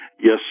Yes